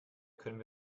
können